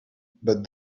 but